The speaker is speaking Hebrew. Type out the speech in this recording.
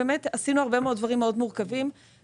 באמת עשינו הרבה מאוד דברים מורכבים מאוד,